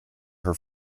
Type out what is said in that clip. her